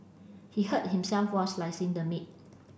he hurt himself while slicing the meat